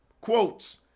quotes